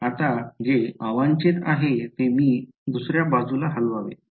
आता जे अवांछित आहे ते मी दुसर्या बाजूला हलवावे